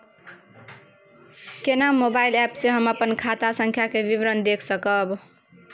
केना mobile app से हम अपन खाता संख्या के विवरण देख सकब?